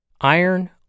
iron